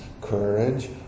courage